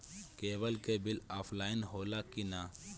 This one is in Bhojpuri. केबल के बिल ऑफलाइन होला कि ना?